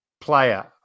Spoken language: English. player